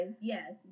yes